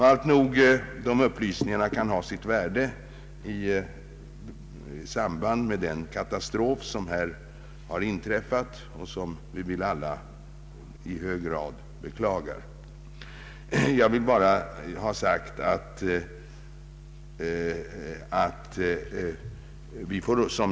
Dessa upplysningar kan ha sitt värde i samband med den katastrof som här har inträffat och som vi väl alla i hög grad beklagar.